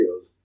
videos